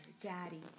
Daddy